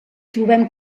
trobem